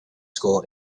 school